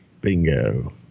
bingo